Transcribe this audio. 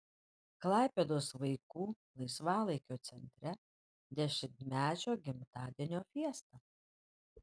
klaipėdos vaikų laisvalaikio centre dešimtmečio gimtadienio fiesta